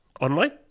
online